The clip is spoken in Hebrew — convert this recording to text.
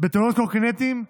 בתאונות קורקינטים,